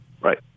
Right